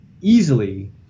easily